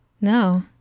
No